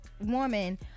woman